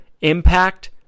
impact